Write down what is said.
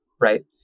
Right